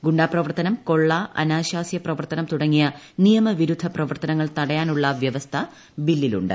ഗുണ്ടാപ്രവർത്തനും കൊള്ള അനാശാസ്യ പ്രവർത്തനം തുടങ്ങിയ നിയ്മവിരുദ്ധ പ്രവർത്തനങ്ങൾ തടയാനുള്ള വ്യവസ്ഥകൾ ബില്ലിലുണ്ട്